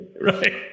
right